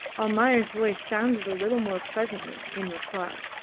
almayer's voice sounded a little more pleasantly in reply.